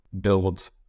build